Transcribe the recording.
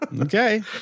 Okay